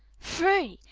free!